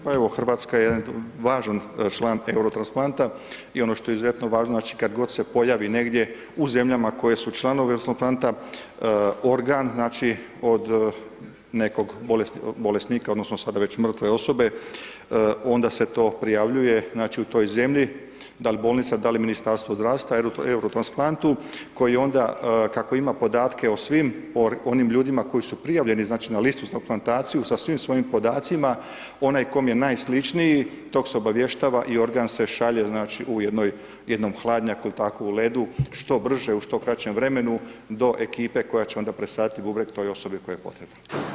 Pa evo, Hrvatska je jedna važan član Eurotransplanta i ono što je izuzetno važno znači kad god se pojavi negdje u zemljama koje su članovi Eurotransplanta, organ od nekog bolesnika odnosno sada već mrtve osobe, onda se to prijavljuje znači u toj zemlji, da li bolnica, da li Ministarstvo zdravstva ili tom Eurotransplantu koji onda kako ima podatke o svim onim ljudima koji su prijavljeni na listu za transplantaciju sa svim svojim podacima, onaj kom je najsličniji, tog se obavještava i organ se šalje u jednom hladnjaku ili tako u ledu što brže u što kraćem vremenu do ekipe koja će onda presaditi bubreg toj osobi kojoj je potreban.